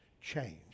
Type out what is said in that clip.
change